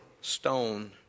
stone